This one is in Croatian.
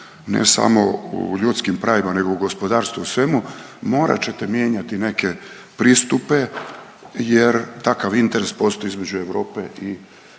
ne samo u ljudskim pravima, nego u gospodarstvu u svemu morat ćete mijenjati neke pristupe, jer takav interes postoji između Europe i tih